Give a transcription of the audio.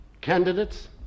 candidates